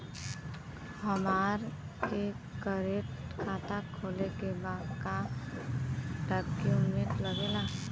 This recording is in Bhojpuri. हमारा के करेंट खाता खोले के बा का डॉक्यूमेंट लागेला?